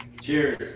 Cheers